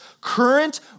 current